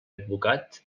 advocat